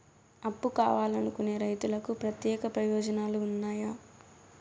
అప్పు కావాలనుకునే రైతులకు ప్రత్యేక ప్రయోజనాలు ఉన్నాయా?